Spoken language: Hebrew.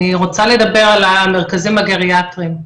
אני רוצה לדבר על המרכזים הגריאטריים.